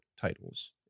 titles